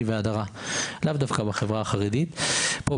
ולהדרה לאו דווקא בחברה החרדית ואני רפרנט שלה.